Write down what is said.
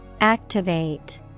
Activate